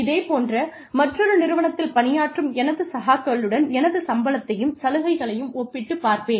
இதேபோன்ற மற்றொரு நிறுவனத்தில் பணியாற்றும் எனது சகாக்களுடன் எனது சம்பளத்தையும் சலுகைகளையும் ஒப்பிட்டுப் பார்ப்பேன்